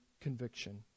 conviction